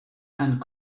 and